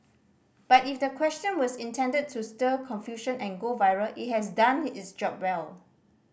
but if the question was intended to stir confusion and go viral it has done its job well